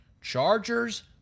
Chargers